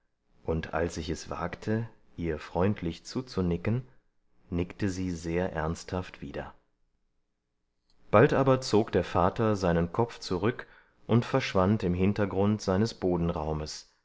und als ich es wagte ihr freundlich zuzunicken nickte sie sehr ernsthaft wieder bald aber zog der vater seinen kopf zurück und verschwand im hintergrund seines